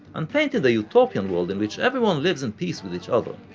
and painted a utopian world in which everyone lives in peace with each other,